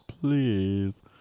Please